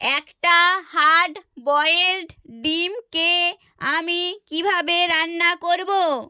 একটা hard boiled ডিমকে আমি কীভাবে রান্না করবো